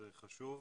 זה חשוב.